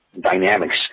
dynamics